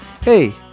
hey